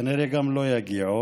כנראה גם לא יגיעו.